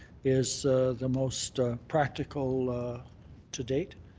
is the most practical to date.